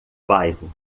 bairro